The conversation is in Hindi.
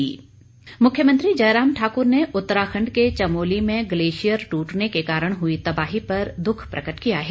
मुख्यमंत्री मुख्यमंत्री जयराम ठाकुर ने उत्तराखंड के चमोली में ग्लेशियर टूटने के कारण हुई तबाही पर दुःख प्रकट किया है